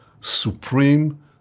supreme